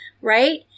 right